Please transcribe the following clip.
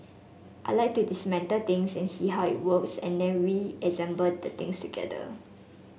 I like to dismantle things and see how it works and then reassemble the things together